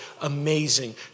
amazing